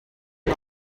was